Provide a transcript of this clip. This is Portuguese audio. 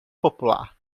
popular